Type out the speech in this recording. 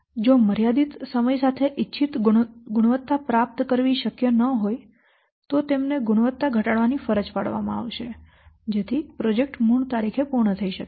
જો મર્યાદિત સમય સાથે ઇચ્છિત ગુણવત્તા પ્રાપ્ત કરવી શક્ય ન હોય તો તમને ગુણવત્તા ઘટાડવાની ફરજ પાડવામાં આવશે જેથી પ્રોજેક્ટ મૂળ તારીખે પૂર્ણ થઈ શકે